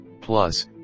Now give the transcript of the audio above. Plus